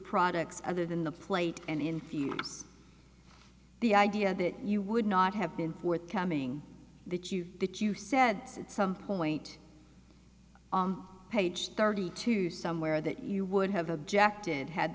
products other than the plate and in the us the idea that you would not have been forthcoming with you that you said at some point page thirty two somewhere that you would have objected had